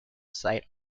sight